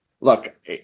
Look